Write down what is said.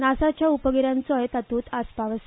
नासाच्या उपगिर्याचोय तातूंत आसपाव आसा